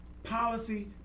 Policy